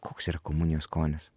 koks yra komunijos skonis